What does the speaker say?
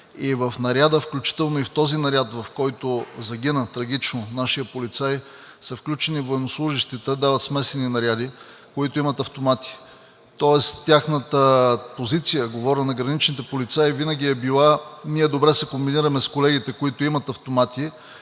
и в наряда, включително и в този наряд, в който загина трагично нашият полицай, са включени военнослужещи, те дават смесени наряди, които имат автомати. Тоест тяхната позиция, говоря на граничните полицаи, винаги е била: ние добре се комбинираме с колегите, които имат автомати,